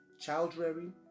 child-rearing